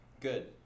Good